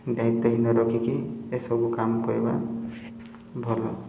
ଦାୟିତ୍ଵରେ ରଖିକି ଏସବୁ କାମ କରିବା ଭଲ